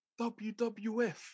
WWF